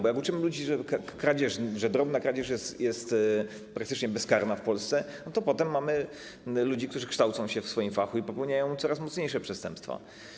Bo jak uczymy ludzi, że drobna kradzież jest praktycznie bezkarna w Polsce, to potem mamy ludzi, którzy kształcą się w swoim fachu i popełniają coraz cięższe przestępstwa.